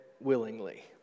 willingly